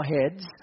heads